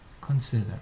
consider